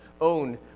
own